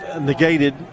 negated